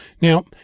Now